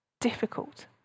difficult